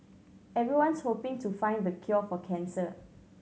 everyone's hoping to find the cure for cancer